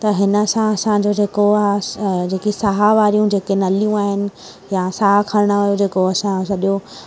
त हिनसां असांजो जेको आहे स जेकी साह वारियूं नलियूं आहिनि या साहु खणणु वारो असांजो सॼो